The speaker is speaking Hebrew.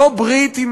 לא ברית עם